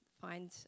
find